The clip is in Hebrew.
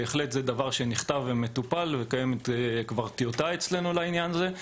זה דבר שנכתב ומטופל וכבר קיימת אצלנו טיוטה לעניין הזה,